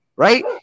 Right